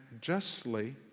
justly